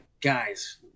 guys